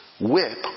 whip